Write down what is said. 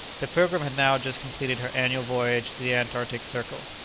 the pilgrim had now just completed her annual voyage to the antarctic circle.